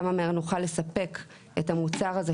כמה מהר נוכל לספק את המוצר הזה,